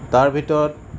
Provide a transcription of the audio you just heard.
তাৰ ভিতৰত